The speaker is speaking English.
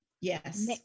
Yes